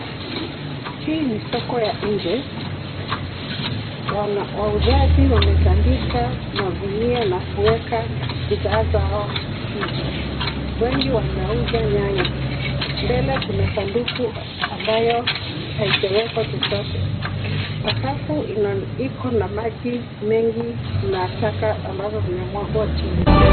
Hii ni soko ya nje. Wauzaji wametandika magunia na kuweka bidhaa zao juu. Wengi wanauza nyanya. Mbele kuna sanduku ambayo haijawekwa chochote. Sakafu iko na maji mengi na taka ambazo zimemwagwa chini.